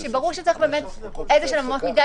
שצריך באמת איזשהן אמות מידה,